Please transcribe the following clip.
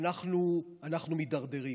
אנחנו מידרדרים,